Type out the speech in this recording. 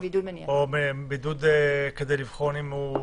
בידוד כדי לבחון אם הוא